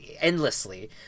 endlessly